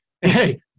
hey